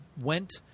went